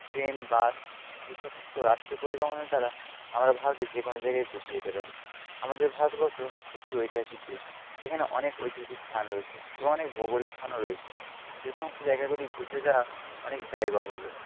train bus এইসমস্ত রাষ্ট্রীয় পরিবহনের দ্বারা আমরা ভারতের যেকোনো জায়গায় ঘুরতে যেতে পারি আমাদের ভারতবর্ষ একটি ঐতিহাসিক দেশ এখানে অনেক ঐতিহাসিক স্থান রয়েছে এবং অনেক ভৌগোলিক স্থানও রয়েছে সে সমস্ত জায়গাগুলি ঘুরতে যাওয়া অনেক ব্যয়বাহুল্য